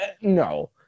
No